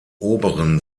oberen